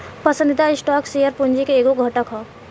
पसंदीदा stock share पूंजी के एगो घटक ह